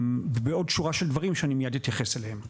ובעוד שורה של דברים שאני מיד אתייחס אליהם.